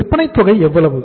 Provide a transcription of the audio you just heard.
விற்பனைத் தொகை எவ்வளவு